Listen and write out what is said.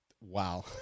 Wow